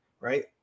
right